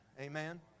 amen